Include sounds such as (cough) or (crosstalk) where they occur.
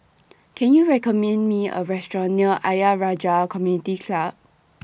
(noise) Can YOU recommend Me A Restaurant near Ayer Rajah Community Club